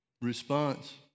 response